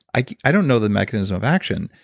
i i don't know the mechanism of action.